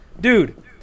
Dude